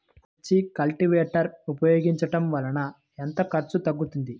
మిర్చి కల్టీవేటర్ ఉపయోగించటం వలన ఎంత ఖర్చు తగ్గుతుంది?